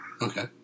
Okay